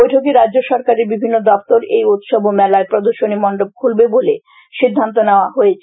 বৈঠকে রাজ্য সরকারের বিভিন্ন দপ্তর এই উৎসব ও মেলায় প্রদর্শনী মন্ডপ খুলবে বলে সিদ্ধান্ত নেওয়া হয়েছে